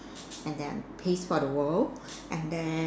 and then peace for the world and then